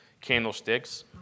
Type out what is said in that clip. candlesticks